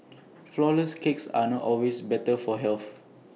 Flourless Cakes are not always better for health